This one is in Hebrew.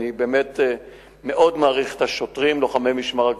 אני באמת מאוד מעריך את השוטרים לוחמי משמר הגבול,